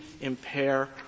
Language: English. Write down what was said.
impair